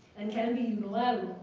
and can be unilateral.